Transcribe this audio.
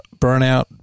burnout